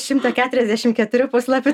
šimtą keturiasdešim keturių puslapių